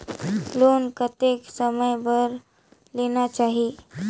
Loan कतेक समय बर लेना चाही?